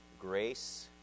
grace